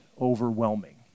overwhelming